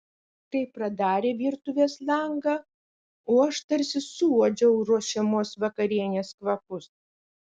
kai pradarė virtuvės langą o aš tarsi suuodžiau ruošiamos vakarienės kvapus